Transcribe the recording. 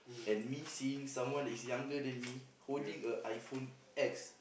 and me seeing someone is younger than me holding a iPhone-X